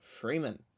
Freeman